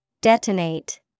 Detonate